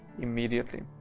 immediately